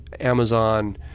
Amazon